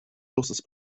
flusses